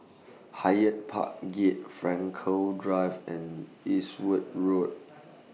Hyde Park Gate Frankel Drive and Eastwood Road